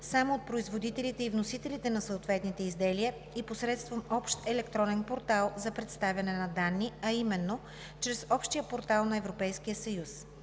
само от производителите и вносителите на съответните изделия и посредством общ електронен портал за представяне на данни, а именно – чрез Общия портал на Европейския съюз